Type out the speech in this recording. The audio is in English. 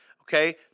Okay